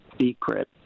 secret